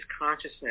consciousness